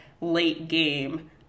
late-game